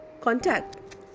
contact